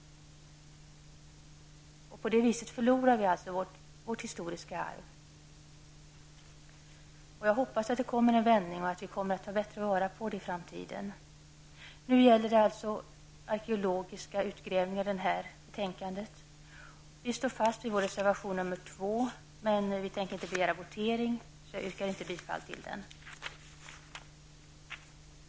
På det sättet förlorar vi vårt historiska arv. Jag hoppas att det kommer en vändning, så att vi tar bättre vara på det historiska arvet i framtiden. Nu gäller det här betänkandet arkeologiska utgrävningar. Vi i miljöpartiet står fast vid vår reservation 2. Men vi tänker inte begära votering, och därför yrkar jag inte heller bifall till reservationen.